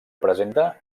presenta